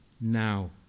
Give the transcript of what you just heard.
now